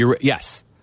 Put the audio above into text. Yes